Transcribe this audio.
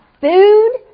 food